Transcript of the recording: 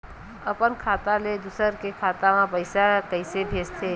अपन खाता ले दुसर के खाता मा पईसा कइसे भेजथे?